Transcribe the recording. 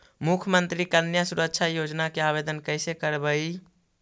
मुख्यमंत्री कन्या सुरक्षा योजना के आवेदन कैसे करबइ?